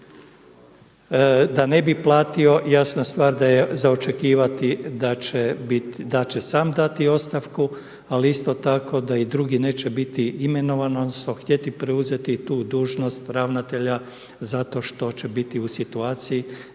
Da ne bi platio jasna stvar jasna stvar je za očekivat da će sam dati ostavku, ali isto tako da i drugi neće biti imenovan odnosno htjeti preuzeti tu dužnost ravnatelja zato što će biti u situaciji